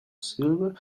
silver